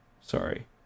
Sorry